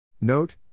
Note